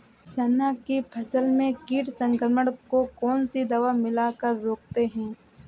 चना के फसल में कीट संक्रमण को कौन सी दवा मिला कर रोकते हैं?